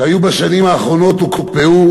שהיו בשנים האחרונות, הוקפאו,